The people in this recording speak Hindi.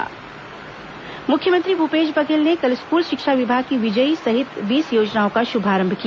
विजयी योजना श्भारंभ मुख्यमंत्री भूपेश बघेल ने कल स्कूल शिक्षा विभाग की विजयी सहित बीस योजनाओं का शुभारंभ किया